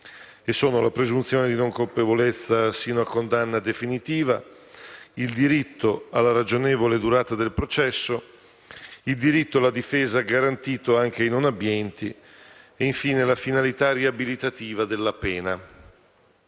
la presunzione di non colpevolezza fino a condanna definitiva; il diritto alla ragionevole durata del processo; il diritto alla difesa garantito anche ai non abbienti e infine la finalità riabilitativa della pena.